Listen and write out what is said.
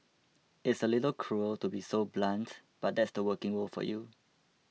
it's a little cruel to be so blunt but that's the working world for you